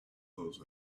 those